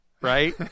right